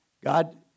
God